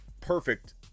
perfect